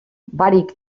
barik